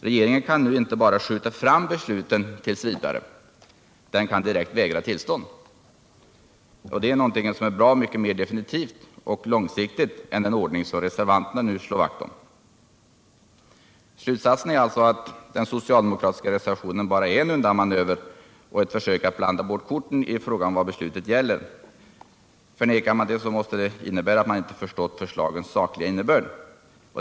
Regeringen kan nu inte bara skjuta fram besluten tills vidare — den kan direkt vägra tillstånd. Och det är någonting som är bra mycket mer definitivt och långsiktigt än den ordning som reservanterna nu slår vakt om. Slutsatsen är alltså att den socialdemokratiska reservationen bara är en undanmanöver och ett försök att blanda bort korten i fråga om vad beslutet gäller. Förnekar man det så måste det innebära att man inte förstått förslagens sakliga innebörd.